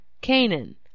Canaan